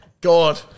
God